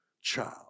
child